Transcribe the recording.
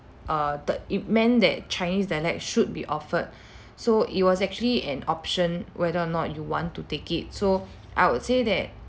err the it meant that chinese dialect should be offered so it was actually an option whether or not you want to take it so I would say that